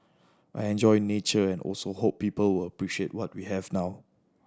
I enjoy nature and also hope people will appreciate what we have now